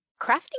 Crafting